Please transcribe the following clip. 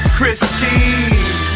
Christine